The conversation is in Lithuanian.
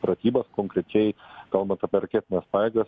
pratybas konkrečiai kalbant apie raketines pajėgas